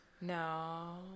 No